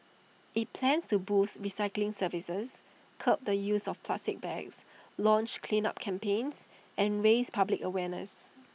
IT plans to boost recycling services curb the use of plastic bags launch cleanup campaigns and raise public awareness